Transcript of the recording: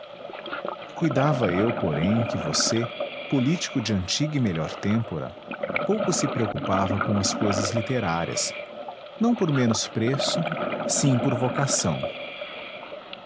cuidava eu porém que você político de antiga e melhor têmpera pouco se preocupava com as cousas literárias não por menos preço sim por vocação